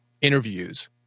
interviews